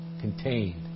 contained